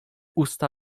usta